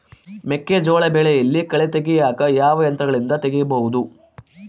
ಮೆಕ್ಕೆಜೋಳ ಬೆಳೆಯಲ್ಲಿ ಕಳೆ ತೆಗಿಯಾಕ ಯಾವ ಯಂತ್ರಗಳಿಂದ ತೆಗಿಬಹುದು?